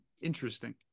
interesting